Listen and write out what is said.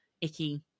icky